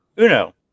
Uno